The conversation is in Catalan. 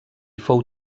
fou